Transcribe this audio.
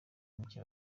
mike